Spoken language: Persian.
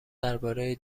درباره